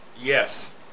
Yes